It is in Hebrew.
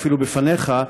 אפילו בפניך,